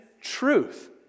truth